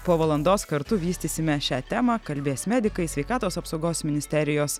po valandos kartu vystysime šią temą kalbės medikai sveikatos apsaugos ministerijos